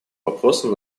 вопросом